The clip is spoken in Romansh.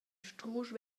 strusch